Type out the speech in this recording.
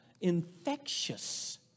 infectious